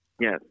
Yes